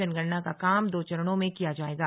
जनगणना का काम दो चरणों में किया जाएगा